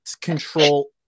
control